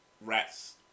rats